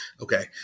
Okay